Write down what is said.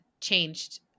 changed